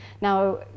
Now